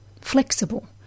flexible